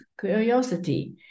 curiosity